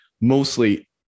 mostly